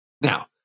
Now